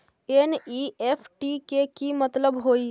NEFT के कि मतलब होइ?